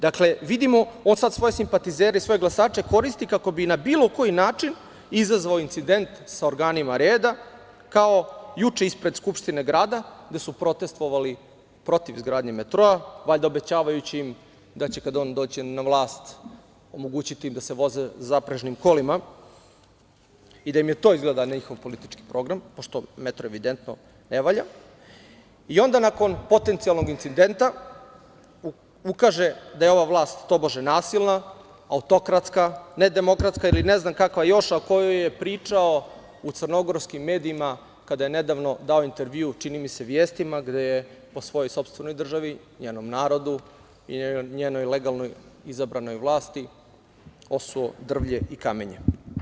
Dakle, vidimo da on svoje simpatizere i svoje glasače koristi kako bi na bilo koji način izazvao incident sa organima reda, kao juče ispred Skupštine grada, gde su protestvovali protiv izgradnje metroa, valjda obećavajući im da će kada on dođe na vlast omogućiti im da voze zaprežnim kolima i da je to izgleda njihov politički program, pošto metro evidentno ne valja i onda, nakon potencijalnog incidenta, ukaže da je ova vlast tobože nasilna, autokratska, nedemokratska ili ne znam kakva još, a o kojoj je pričao u crnogorskim medijima kada je nedavno dao intervju, čini mi se, „Vestima“, gde je o svojoj sopstvenoj državi, njenom narodu i njenoj legalno izabranoj vlasti osuo drvlje i kamenje.